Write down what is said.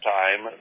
time